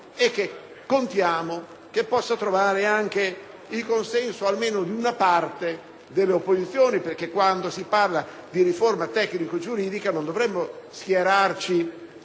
contiamo possa trovare anche il consenso almeno di una parte delle opposizioni. Infatti, quando si parla di riforma tecnico-giuridica non dovremmo schierarci